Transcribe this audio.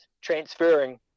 transferring